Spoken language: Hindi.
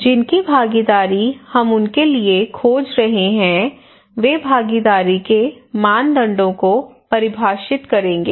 जिनकी भागीदारी हम उनके लिए खोज रहे हैं वे भागीदारी के मानदंडों को परिभाषित करेंगे